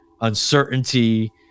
uncertainty